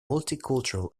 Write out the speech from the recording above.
multicultural